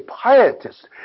pietists